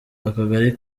akagari